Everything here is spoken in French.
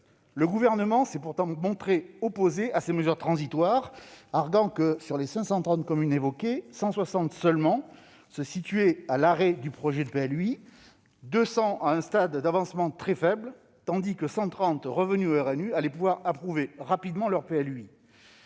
Le Gouvernement s'est pourtant montré opposé à ces mesures transitoires, arguant que, sur les 530 communes évoquées, 160 communes seulement se situaient à l'arrêt du projet de PLUi et 200 autres à un stade d'avancement très faible, tandis que 130 communes revenues au RNU allaient pouvoir approuver rapidement leur PLUi.